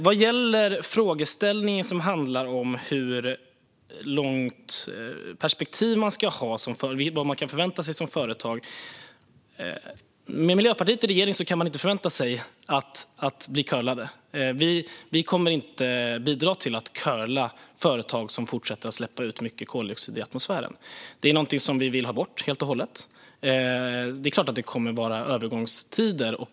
Vad gäller frågeställningen om hur långt perspektiv man ska ha och vad man som företag kan förvänta sig är mitt svar att med Miljöpartiet i regering kan man inte förvänta sig att bli curlad. Vi kommer inte att bidra till att curla företag som fortsätter att släppa ut mycket koldioxid i atmosfären. Det är något som vi helt och hållet vill ha bort. Självklart blir det en övergångstid.